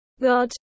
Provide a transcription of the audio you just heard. God